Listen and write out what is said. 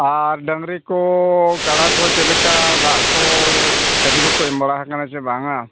ᱟᱨ ᱰᱟᱹᱝᱨᱤ ᱠᱚ ᱠᱟᱲᱟ ᱠᱚ ᱪᱮᱫ ᱞᱮᱠᱟ ᱫᱟᱜ ᱠᱚ ᱪᱷᱟᱹᱱᱤ ᱠᱚᱠᱚ ᱮᱢᱵᱟᱲᱟᱣ ᱠᱟᱱᱟᱥᱮ ᱵᱟᱝᱼᱟ